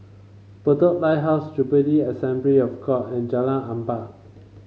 Bedok Lighthouse Jubilee Assembly of God and Jalan Ampang